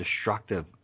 destructive